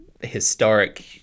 historic